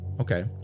Okay